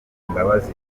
mbabazi